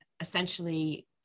essentially